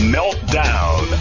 Meltdown